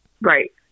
right